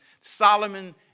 Solomon